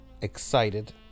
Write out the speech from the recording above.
excited